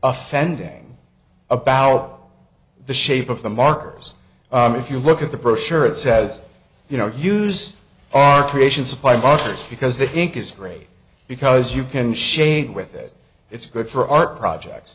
offending about the shape of the markers if you look at the brochure it says you know use our creation supply busters because the ink is great because you can shade with it it's good for art projects